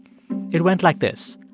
it went like this.